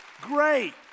Great